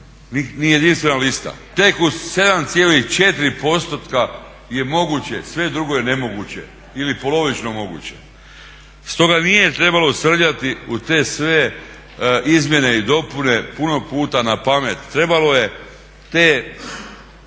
ni jedinstvena lista. Tek u 7,4% je moguće, sve drugo je nemoguće ili polovično moguće. Stoga nije trebalo srljati u te sve izmjene i dopune puno puta na pamet. Trebalo je te